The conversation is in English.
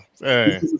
Hey